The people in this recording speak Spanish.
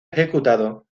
ejecutado